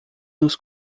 nos